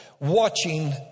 watching